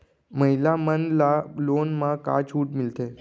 महिला मन ला लोन मा का छूट मिलथे?